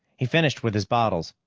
he finished with his bottles,